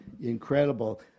incredible